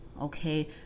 okay